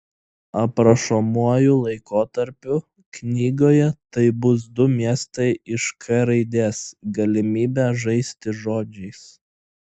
aprašomuoju laikotarpiu knygoje tai bus du miestai iš k raidės galimybė žaisti žodžiais